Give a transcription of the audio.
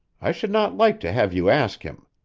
i should not like to have you ask him.